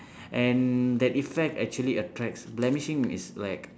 and that effect actually attracts blemishing is like